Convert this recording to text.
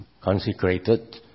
consecrated